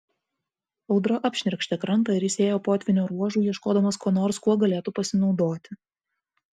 audra apšnerkštė krantą ir jis ėjo potvynio ruožu ieškodamas ko nors kuo galėtų pasinaudoti